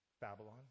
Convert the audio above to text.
Babylon